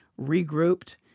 regrouped